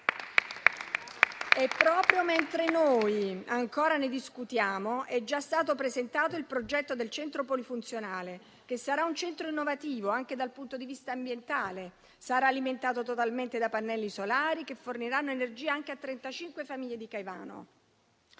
E proprio mentre noi ancora ne discutiamo, è già stato presentato il progetto del centro polifunzionale, che sarà un centro innovativo, anche dal punto di vista ambientale: sarà alimentato totalmente da pannelli solari, che forniranno energia anche a trentacinque famiglie di Caivano.